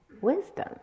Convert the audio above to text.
wisdom